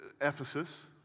Ephesus